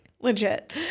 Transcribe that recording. Legit